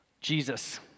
Jesus